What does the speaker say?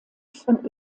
von